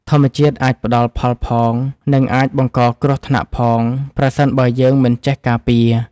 ធម្មជាតិអាចផ្តល់ផលផង និងអាចបង្កគ្រោះថ្នាក់ផង ប្រសិនបើយើងមិនចេះការពារ។